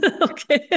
Okay